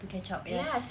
to catch up yes